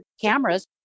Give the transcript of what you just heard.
cameras